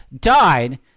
died